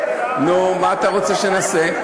נו, מה אתה רוצה שנעשה?